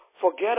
forget